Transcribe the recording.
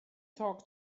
talk